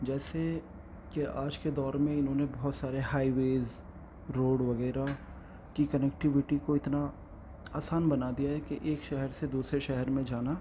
جیسے کہ آج کے دور میں انہوں نے بہت سارے ہائی ویز روڈ وغیرہ کی کنیکٹیوٹی کو اتنا آسان بنا دیا ہے کہ ایک شہر سے دوسرے شہر میں جانا